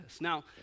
Now